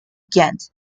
ghent